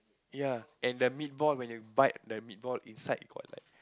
ya and the meatball when you bite the meatball inside got like